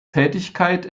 tätigkeit